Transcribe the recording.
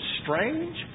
strange